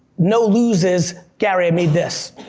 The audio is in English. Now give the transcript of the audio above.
no lose is, gary, i made this.